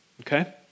okay